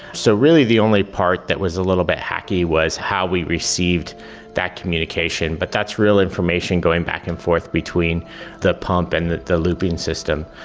so really the only part that was a little bit hacky was how we received that communication. but that's real information going back and forth between the pump and the looping system.